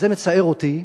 זה מצער אותי,